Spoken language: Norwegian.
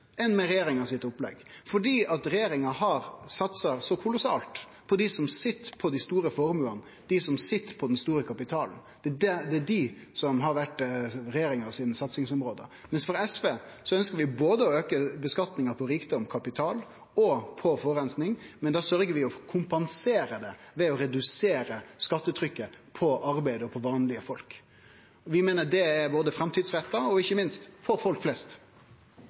enn med regjeringa sitt opplegg, fordi regjeringa har satsa så kolossalt på dei som sit på dei store formuane, dei som sit på den store kapitalen. Det er dei som har vore regjeringa sine satsingsområde. SV ønskjer å auke skattlegginga av både rikdom, kapital og forureining, men da sørgjer vi for å kompensere det ved å redusere skattetrykket på arbeid og på vanlege folk. Vi meiner det er både framtidsretta og – ikkje minst – for folk flest.